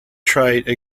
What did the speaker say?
trade